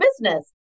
business